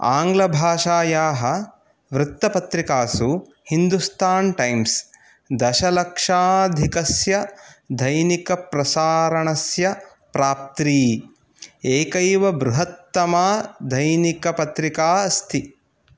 आङ्ग्लभाषायाः वृत्तपत्रिकासु हिन्दुस्तान् टैम्स् दशलक्षाधिकस्य दैनिकप्रसारणस्य प्राप्त्री एकैव बृहत्तमा दैनिकपत्रिका अस्ति